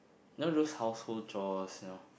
know those household chores you know